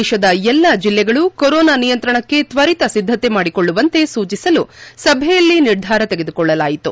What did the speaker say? ದೇಶದ ಎಲ್ಲಾ ಜಿಲ್ಲೆಗಳು ಕೊರೋನಾ ನಿಯಂತ್ರಣಕ್ಕೆ ತ್ವರಿತ ಸಿದ್ದತೆ ಮಾಡಿಕೊಳ್ಳುವಂತೆ ಸೂಚಿಸಲು ಸಭೆಯಲ್ಲಿ ನಿರ್ಧಾರ ತೆಗೆದುಕೊಳ್ಳಲಾಯಿತು